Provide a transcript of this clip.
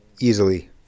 easily